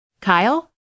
Kyle